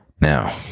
Now